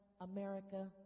America